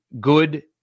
good